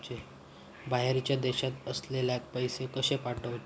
बाहेरच्या देशात असलेल्याक पैसे कसे पाठवचे?